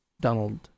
Donald